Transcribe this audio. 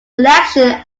election